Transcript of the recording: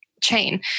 chain